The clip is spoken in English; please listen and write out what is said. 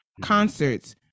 concerts